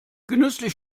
genüsslich